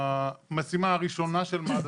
המשימה הראשונה של מד"א,